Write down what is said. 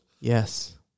Yes